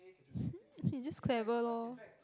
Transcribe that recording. he's just clever lor